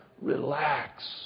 relax